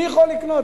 מי יכול לקנות?